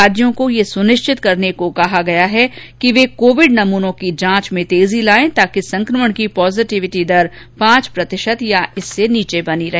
राज्यो को यह सुनिश्चित करने के लिए कहा गया कि वे कोविड नमूनों की जांच तेज करें ताकि संक्रमण की पॉजिटिविटी दर पांच प्रतिशत या उससे नीचे ही बनी रहे